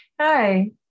hi